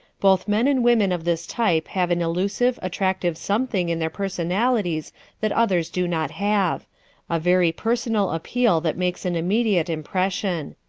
both men and women of this type have an elusive, attractive something in their personalities that others do not have a very personal appeal that makes an immediate impression.